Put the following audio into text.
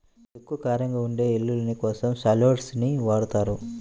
ఎక్కువ కారంగా ఉండే వెల్లుల్లి కోసం షాలోట్స్ ని వాడతారు